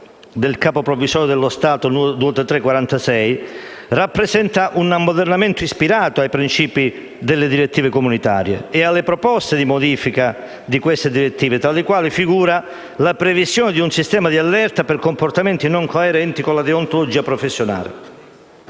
del Capo provvisorio dello Stato n. 233 del 1946, rappresenta un ammodernamento ispirato ai principi delle direttive comunitarie e alle proposte di modifica di tali direttive, tra le quali figura la previsione di un sistema di allerta per comportamenti non coerenti con la deontologia professionale.